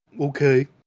Okay